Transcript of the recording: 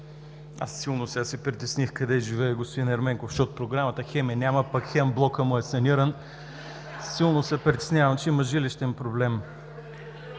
Аз силно сега се притесних къде живее господин Ерменков, защото програмата хем я няма, пък хем блокът му е саниран. Силно се притеснявам, че има жилищен проблем.